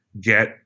get